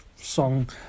song